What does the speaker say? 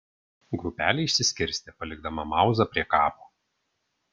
grupelė išsiskirstė palikdama mauzą prie kapo